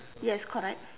yes correct